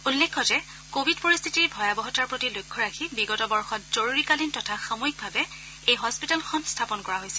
উল্লেখ্য যে কোৱিড পৰিস্থিতিৰ ভয়াবহতাৰ প্ৰতি লক্ষ্য ৰাখি বিগত বৰ্ষত জৰুৰীকালীন তথা সাময়িকভাৱে এই হাস্পতালখন স্থাপন কৰা হৈছিল